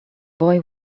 boy